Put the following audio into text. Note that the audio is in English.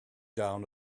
down